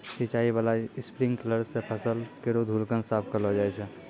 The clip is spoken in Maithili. सिंचाई बाला स्प्रिंकलर सें फसल केरो धूलकण साफ करलो जाय छै